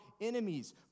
enemies